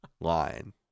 line